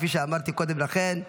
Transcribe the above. כפי שאמרתי קודם לכן,